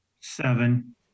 Seven